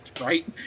right